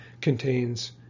contains